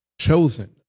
chosen